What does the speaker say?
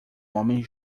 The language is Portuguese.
homem